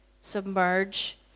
submerge